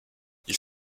ils